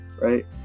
right